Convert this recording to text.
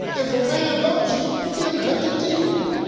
if a man loves you, he'll cut the deal.